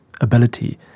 ability